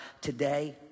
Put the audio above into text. today